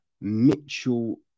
mitchell